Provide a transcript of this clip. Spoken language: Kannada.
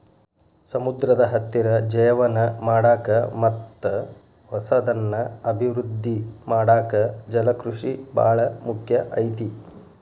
ಸಮುದ್ರದ ಹತ್ತಿರ ಜೇವನ ಮಾಡಾಕ ಮತ್ತ್ ಹೊಸದನ್ನ ಅಭಿವೃದ್ದಿ ಮಾಡಾಕ ಜಲಕೃಷಿ ಬಾಳ ಮುಖ್ಯ ಐತಿ